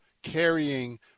carrying